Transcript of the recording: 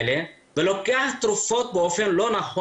אז באמת עלה לי המון.